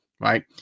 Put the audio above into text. right